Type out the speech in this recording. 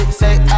say